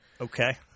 okay